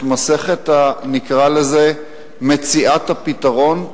את מסכת מציאת הפתרון,